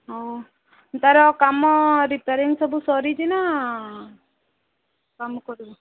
ହଉ ତାର କାମ ରିପେଆରିଂ ସବୁ ସରିଛି ନା କାମ କରିବ